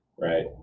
right